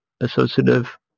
associative